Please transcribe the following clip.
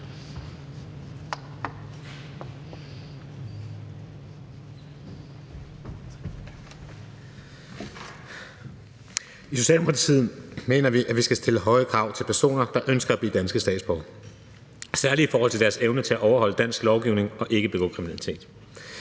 I Socialdemokratiet mener vi, at vi skal stille høje krav til personer, der ønsker at blive danske statsborgere, særlig i forhold til deres evne til at overholde dansk lovgivning og ikke begå kriminalitet.